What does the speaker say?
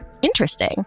interesting